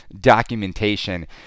documentation